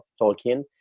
Tolkien